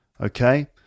Okay